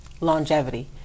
longevity